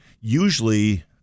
Usually